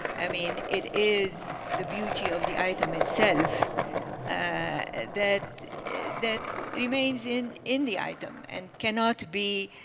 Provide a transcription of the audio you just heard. i mean, it is the beauty of the item itself that that remains in in the item and cannot be